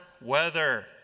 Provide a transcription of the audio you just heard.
weather